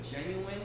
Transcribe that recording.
genuine